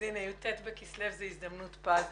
והנה, י"ט בכסלו זו הזדמנות פז.